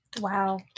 Wow